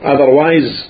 Otherwise